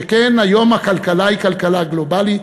שכן היום הכלכלה היא כלכלה גלובלית,